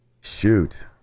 Shoot